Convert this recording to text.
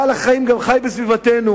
בעל-החיים גם חי בסביבתנו,